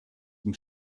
dem